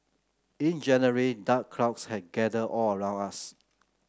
in January dark clouds had gathered all around us